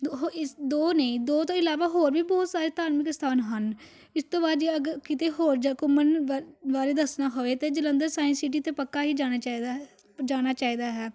ਇਸ ਦੋ ਨੇ ਦੋ ਤੋਂ ਇਲਾਵਾ ਹੋਰ ਵੀ ਬਹੁਤ ਸਾਰੇ ਧਾਰਮਿਕ ਸਥਾਨ ਹਨ ਇਸ ਤੋਂ ਬਾਅਦ ਜੇ ਅਗ ਕਿਤੇ ਹੋਰ ਜਾ ਘੁੰਮਣ ਬਾ ਬਾਰੇ ਦੱਸਣਾ ਹੋਵੇ ਤਾਂ ਜਲੰਧਰ ਸਾਇੰਸ ਸਿਟੀ ਤਾਂ ਪੱਕਾ ਹੀ ਜਾਣਾ ਚਾਹੀਦਾ ਹੈ ਜਾਣਾ ਚਾਹੀਦਾ ਹੈ